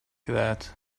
that